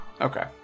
Okay